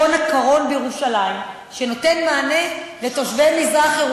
שאילתה מס' 241 של חבר הכנסת עיסאווי פריג': מימון אבטחת משחקי כדורגל.